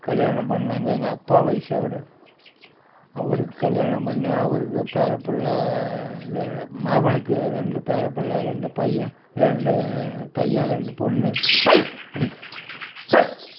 கல்யாணம் பண்ணாங்க எங்கள் அப்பா வயது அவர் அவருக்கு கல்யாணம் பண்ணி அவருக்கு பேரப்பிள்ள இது மகனுக்கு ரெண்டு பேரப்பிள்ள ரெண்டு பையன் ரெண்டு பையன் ரெண்டு பொண்ணு